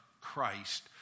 Christ